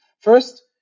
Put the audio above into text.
first